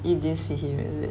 you didn't see him is it